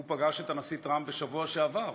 הוא פגש את הנשיא טראמפ בשבוע שעבר.